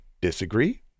Disagree